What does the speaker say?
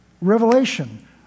revelation